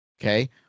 Okay